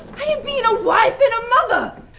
i mean a wife and a mother!